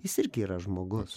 jis irgi yra žmogus